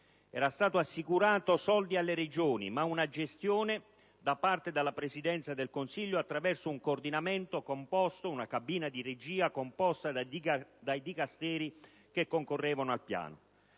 Erano stati assicurati soldi alle Regioni, con una gestione da parte della Presidenza del Consiglio attraverso una cabina di regia composta dai Dicasteri che concorrevano al piano.